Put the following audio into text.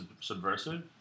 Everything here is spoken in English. subversive